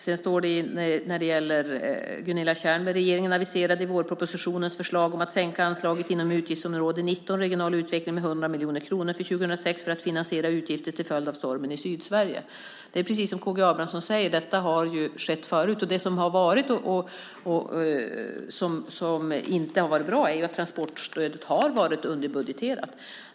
I svaret på Gunilla Tjernbergs fråga står det att regeringen i vårpropositionen aviserade förslag om att sänka anslaget inom utgiftsområde 19 Regional utveckling med 100 miljoner kronor för 2006 för att finansiera utgifter till följd av stormen i Sydsverige. Det är precis som K G Abramsson säger: Detta har skett förut. Det som inte har varit bra är ju att transportstödet har varit underbudgeterat.